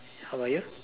how are you